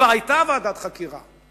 כבר היתה ועדת חקירה,